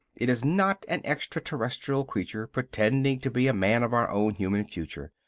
it is not an extra-terrestrial creature pretending to be a man of our own human future.